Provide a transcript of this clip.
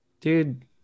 dude